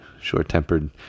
short-tempered